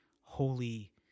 holy